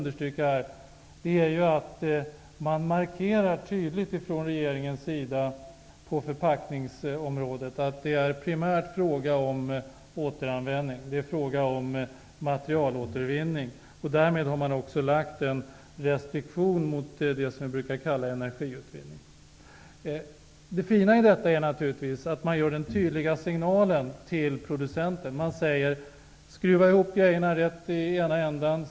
Det viktiga är att regeringen tydligt markerar på förpackningsområdet att det primärt är fråga om återanvändning och materialåtervinning. Därmed har man också infört en restriktion mot det som brukar kallas energiutvinning. Det fina i detta är naturligtvis att man ger en tydlig signal till producenten. Man säger: Skruva ihop grejorna rätt i ena ändan.